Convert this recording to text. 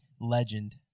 Legend